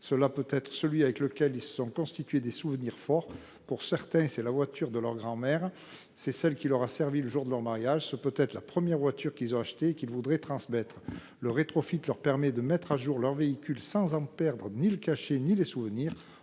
avec leur véhicule, avec lequel ils se sont constitué des souvenirs forts. Pour certains, c’est la voiture de leur grand mère, celle qui leur a servi le jour de leur mariage ou encore la première voiture qu’ils ont achetée et qu’ils voudraient transmettre. Le rétrofit leur permet de mettre à jour leur véhicule sans en perdre ni le cachet ni les souvenirs